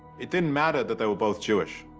it didnit matter that they were both jewish.